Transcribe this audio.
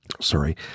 sorry